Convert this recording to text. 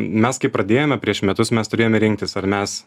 mes kai pradėjome prieš metus mes turėjome rinktis ar mes